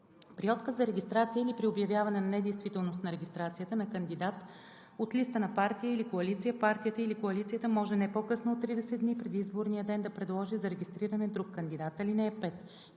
При отказ за регистрация или при обявяване на недействителност на регистрацията на кандидат от листа на партия или коалиция партията или коалицията може не по-късно от 30 дни преди изборния ден да предложи за регистриране друг кандидат. (5) Когато